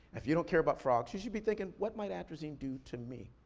if you don't care about frogs, you should be thinking, what might atrazine do to me?